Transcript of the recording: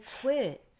quit